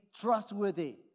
trustworthy